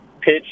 pitch